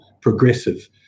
progressive